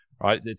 Right